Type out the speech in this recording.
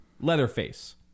Leatherface